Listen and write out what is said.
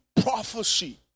prophecy